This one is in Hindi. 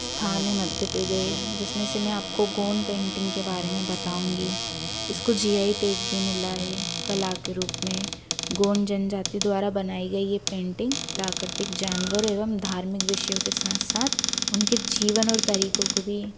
स्थान है मध्य प्रदेश जिसमें से मैं आपको गौड पेंटिंग के बारे में बताऊँगी इसको की जी आई टैग मिला है कला के रूप में गौड जनजाति द्वारा बनाई गई ये पेंटिंग प्राकृतिक जानवर एवं धार्मिक विषयों के साथ साथ उनके जीवन और तरीको को भी